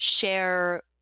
share